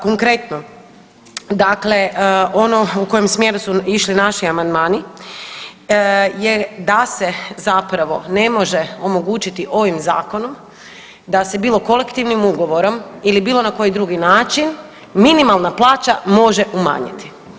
Konkretno, dakle, ono u kojem smjeru su išli naši amandmani je da se zapravo ne može omogućiti ovim Zakonom da se, bilo Kolektivnim ugovorom ili bilo na koji drugi način, minimalna plaća može umanjiti.